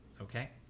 okay